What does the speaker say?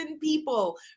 people